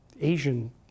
Asian